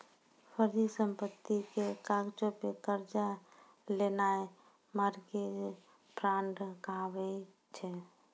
फर्जी संपत्ति के कागजो पे कर्जा लेनाय मार्गेज फ्राड कहाबै छै